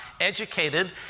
educated